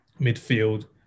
Midfield